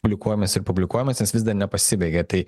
publikuojamas ir publikuojamas jis vis dar nepasibaigė tai